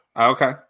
Okay